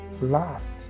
last